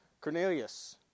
Cornelius